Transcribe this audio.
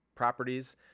properties